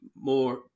more